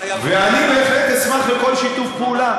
ואני בהחלט אשמח לכל שיתוף פעולה.